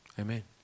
Amen